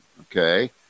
okay